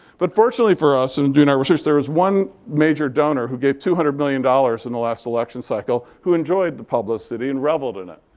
but fortunately for us in doing our research, there was one major donor who gave two hundred million dollars in the last election cycle who enjoyed the publicity and reveled in it.